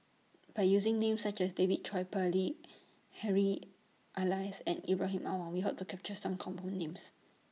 By using Names such as David Tay Poey Harry Elias and Ibrahim Awang We Hope to capture Some Common Names